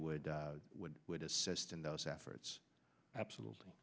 would would would assist in those efforts absolutely